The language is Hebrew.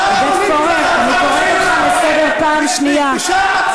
עודד פורר, אני קוראת אותך לסדר פעם שנייה.